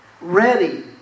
Ready